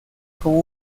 con